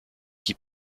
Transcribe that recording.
qui